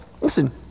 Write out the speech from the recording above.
Listen